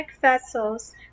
vessels